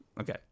Okay